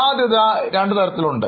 ബാധ്യത രണ്ടുതരത്തിലുണ്ട്